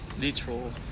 literal